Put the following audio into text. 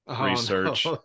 research